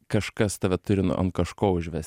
kažkas tave turi nu ant kažko užves